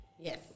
Yes